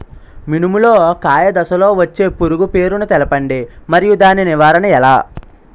మినుము లో కాయ దశలో వచ్చే పురుగు పేరును తెలపండి? మరియు దాని నివారణ ఎలా?